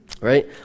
Right